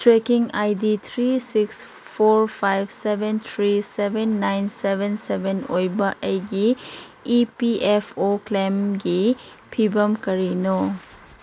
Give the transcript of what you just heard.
trekking I D three six four five seven three seven nine seven seven ꯑꯣꯏꯕ ꯑꯩꯒꯤ E P F O ꯀ꯭ꯂꯦꯝꯒꯤ ꯐꯤꯚꯝ ꯀꯔꯤꯅꯣ